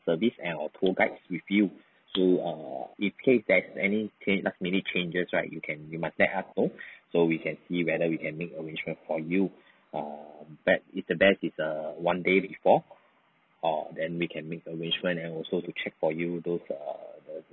service and our tour guides with you so err if case there's any change last minute changes right you can you must let us know so we can see whether we can make arrangement for you err best is the best is err one day before or then we can make arrangement and also to check for you those err